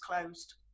closed